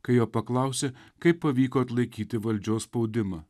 kai jo paklausė kaip pavyko atlaikyti valdžios spaudimą